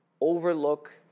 overlook